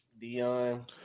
Dion